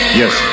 yes